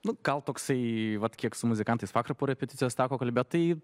nu gal toksai vat kiek su muzikantais vakar po repeticijos teko kalbėt tai